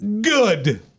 Good